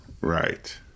Right